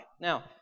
Now